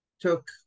took